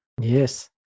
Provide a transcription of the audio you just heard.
Yes